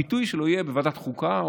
הביטוי שלו יהיה בוועדת חוקה,